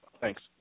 thanks